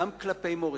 גם כלפי מורים.